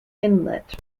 inlet